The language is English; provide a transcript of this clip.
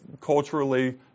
culturally